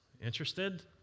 Interested